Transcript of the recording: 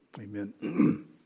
amen